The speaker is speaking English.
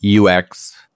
UX